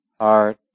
heart